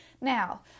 Now